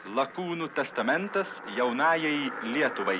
lakūnų testamentas jaunajai lietuvai